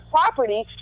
property